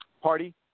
party